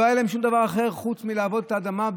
לא היה להם שום דבר אחר חוץ מלעבוד את האדמה,